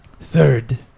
Third